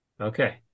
Okay